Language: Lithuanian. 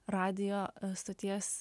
radijo stoties